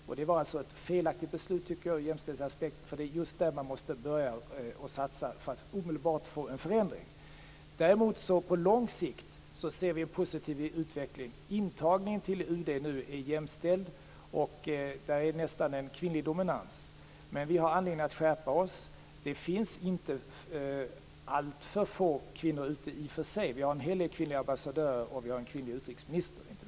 Jag tycker att detta var ett felaktigt beslut ur jämställdhetsaspekt, för det är just där man måste börja satsa för att omedelbart få till stånd en förändring. Däremot ser vi en positiv utveckling på lång sikt. Intagningen till UD är nu jämställd. Där råder nästan en kvinnlig dominans. Men vi har anledning att skärpa oss. Det finns inte alltför få kvinnor ute på ambassaderna i och för sig. Vi har en hel del kvinnliga ambassadörer och vi har en kvinnlig utrikesminister, inte minst.